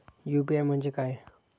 UPI म्हणजे काय?